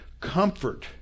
Comfort